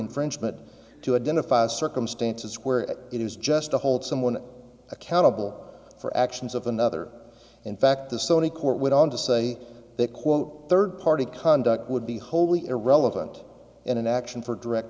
infringement to identify circumstances where it is just to hold someone accountable for actions of another in fact the sony court went on to say quote third party conduct would be wholly irrelevant in an action for direct